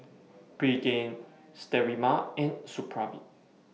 Pregain Sterimar and Supravit